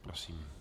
Prosím.